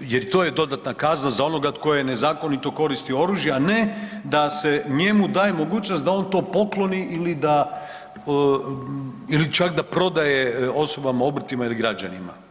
jer to je dodatna kazna za onoga tko je nezakonito koristio oružje, a ne da se njemu daje mogućnost da on to pokloni ili da ili čak da prodaje osobama, obrtima ili građanima.